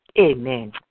Amen